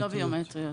לא ביומטריות.